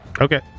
Okay